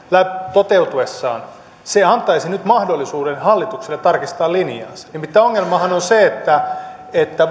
toteutuessaan antaisi mahdollisuuden hallitukselle tarkistaa linjaansa nimittäin ongelmahan on se että että